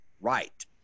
right